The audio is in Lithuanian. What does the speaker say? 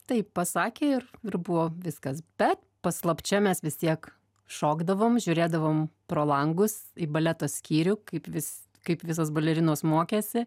taip pasakė ir ir buvo viskas bet paslapčia mes vis tiek šokdavom žiūrėdavom pro langus į baleto skyrių kaip vis kaip visos balerinos mokėsi